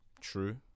True